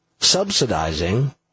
subsidizing